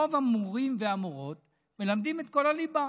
רוב המורים והמורות מלמדים את כל הליבה,